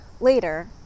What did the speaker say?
Later